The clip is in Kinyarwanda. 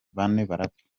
barapfa